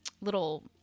little